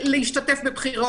להשתתף בבחירות.